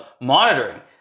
monitoring